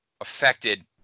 affected